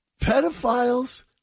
pedophiles